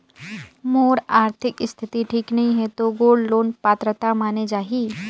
मोर आरथिक स्थिति ठीक नहीं है तो गोल्ड लोन पात्रता माने जाहि?